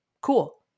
Cool